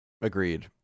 Agreed